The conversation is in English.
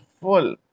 full